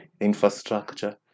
infrastructure